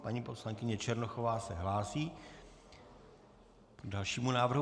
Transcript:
Paní poslankyně Černochová se hlásí k dalšímu návrhu.